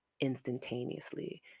instantaneously